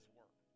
work